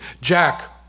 Jack